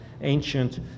ancient